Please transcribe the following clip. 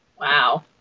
Wow